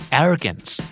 arrogance